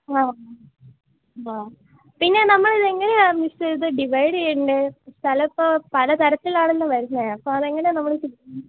ആ ആ പിന്നെ നമ്മളിതെങ്ങനെയാ മിസ്സേ ഇത് ഡിവൈഡ് ചെയ്യേണ്ടത് സ്ഥലം ഇപ്പം പല തരത്തിലാണല്ലോ വരുന്നത് അപ്പം അതെങ്ങനെ നമ്മൾ ചെയ്യും